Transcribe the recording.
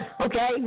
okay